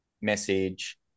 message